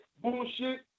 bullshit